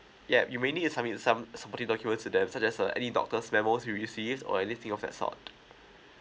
yup you may need to submit some supporting documents to them such as uh any doctor's memo you received or anything of that sort